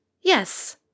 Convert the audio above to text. Yes